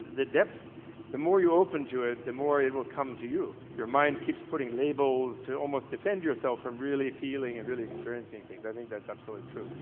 the depth the more you are open to it the more it will come to you, your mind keeps putting labels to almost defend yourself from really feeling and really experiencing things, i think that's absolutely true.